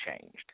changed